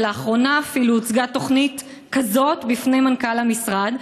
ולאחרונה אפילו הוצגה תוכנית כזאת בפני מנכ"ל המשרד.